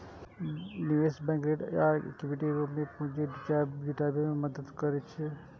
निवेश बैंक ऋण आ इक्विटी के रूप मे पूंजी जुटाबै मे मदति करै छै